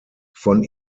von